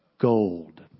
Gold